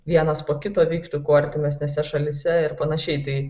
vienas po kito vyktų kuo artimesnėse šalyse ir panašiai tai